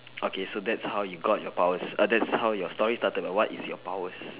okay so that's how you got your powers err that's how your story started but what is your powers